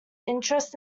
interest